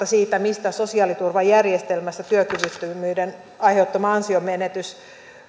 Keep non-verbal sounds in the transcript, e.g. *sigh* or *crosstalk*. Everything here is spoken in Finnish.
*unintelligible* siitä mistä sosiaaliturvajärjestelmästä työkyvyttömyyden aiheuttama ansionmenetys